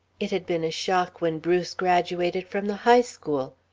it had been a shock when bruce graduated from the high school,